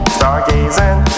Stargazing